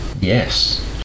Yes